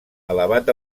elevat